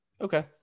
Okay